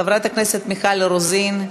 חברת הכנסת מיכל רוזין,